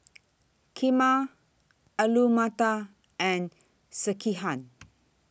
Kheema Alu Matar and Sekihan